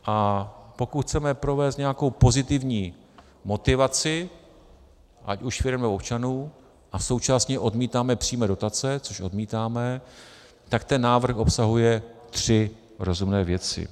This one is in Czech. A pokud chceme provést nějakou pozitivní motivaci, ať už firem, nebo občanů, a současně odmítáme přímé dotace, což odmítáme, tak ten návrh obsahuje tři rozumné věci.